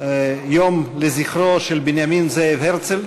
יום לזכרו של בנימין זאב הרצל.